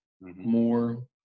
More